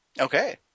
okay